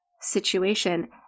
situation